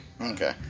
okay